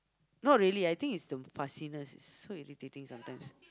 no really I think it's the fussiness it's so irritating sometimes